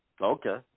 Okay